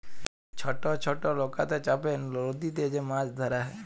ছট ছট লকাতে চাপে লদীতে যে মাছ ধরা হ্যয়